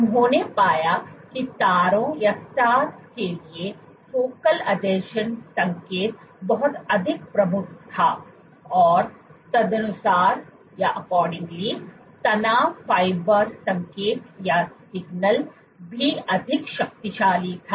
उन्होंने पाया कि तारों के लिए फोकल आसंजन संकेत बहुत अधिक प्रमुख था और तदनुसार तनाव फाइबर संकेत भी अधिक शक्तिशाली था